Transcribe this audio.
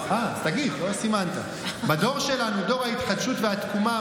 דור ההתחדשות והתקומה,